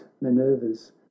minerva's